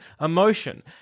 emotion